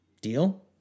Deal